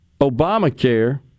Obamacare